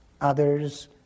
others